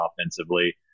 offensively